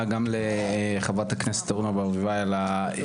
לוועדה, גם לחברת הכנסת אורנה ברביבאי על הדיון.